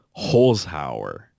Holzhauer